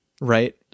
right